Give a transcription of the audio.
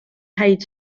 häid